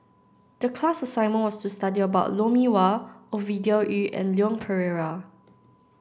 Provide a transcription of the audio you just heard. the class assignment was to study about Lou Mee Wah Ovidia Yu and Leon Perera